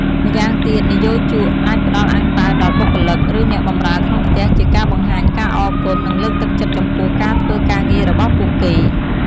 ម្យ៉ាងទៀតនិយោជក អាចផ្ដល់អាំងប៉ាវដល់បុគ្គលិក ឬអ្នកបម្រើក្នុងផ្ទះជាការបង្ហាញការអរគុណ និងលើកទឹកចិត្តចំពោះការធ្វើការងាររបស់ពួកគេ។